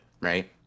right